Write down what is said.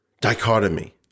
dichotomy